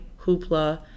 hoopla